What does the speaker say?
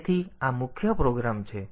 તેથી આ મુખ્ય પ્રોગ્રામ છે